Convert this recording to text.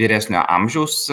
vyresnio amžiaus